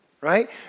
right